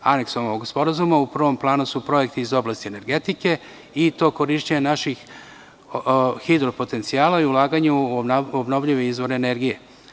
Aneksom ovog sporazuma u prvom planu su projekti iz oblasti energetike i to korišćenje naših hidropotencijala i ulaganju u obnovljive izvore energije.